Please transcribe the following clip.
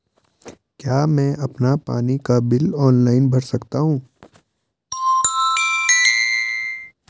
क्या मैं अपना पानी का बिल ऑनलाइन भर सकता हूँ?